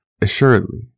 assuredly